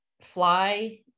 fly